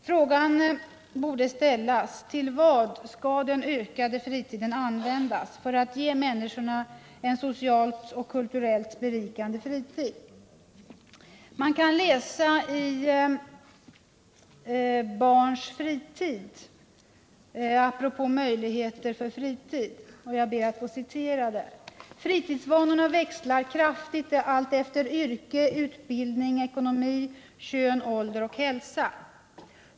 Frågan borde ställas: Till vad skall den ökade fritiden användas för att ge människorna ett socialt och kulturellt berikande liv? I betänkandet Barns fritid kan man apropå möjligheterna för fritiden läsa följande: ”Fritidsvanorna växlar kraftigt alltefter yrke, utbildning, ekonomi, kön, ålder och hälsa.